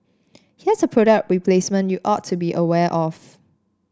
here's a product placement you ought to be aware of